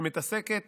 שמתעסקת